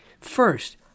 First